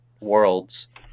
worlds